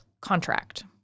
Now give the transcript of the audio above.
contract